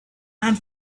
and